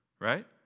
Right